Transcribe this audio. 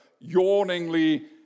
yawningly